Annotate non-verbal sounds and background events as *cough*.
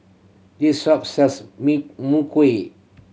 this shop sells *unintelligible*